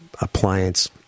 appliance